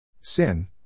Sin